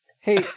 Hey